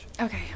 Okay